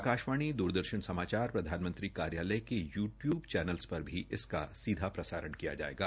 आकाशवाणी दूरदर्शन समाचार प्रधानमंत्री कार्यालय के यूट्यूब चैनलों पर भी इसका सीधा प्रसारण किया जायेगा